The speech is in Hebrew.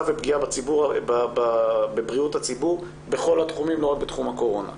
ופגיעה בבריאות הציבור בכל התחומים ולא רק בתחום הקורונה.